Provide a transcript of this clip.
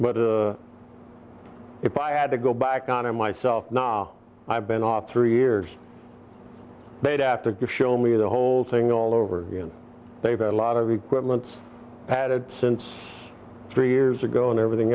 but it if i had to go back on it myself nah i've been off three years made after the show me the whole thing all over again they've had a lot of equipment padded since three years ago and everything